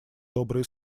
добрые